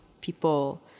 people